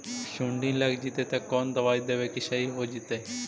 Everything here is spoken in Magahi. सुंडी लग जितै त कोन दबाइ देबै कि सही हो जितै?